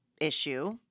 issue